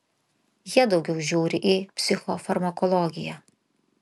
jie daugiau žiūri į psichofarmakologiją